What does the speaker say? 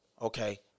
Okay